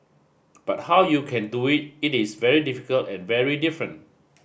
but how you can do it it is very difficult and very different